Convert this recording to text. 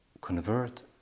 Convert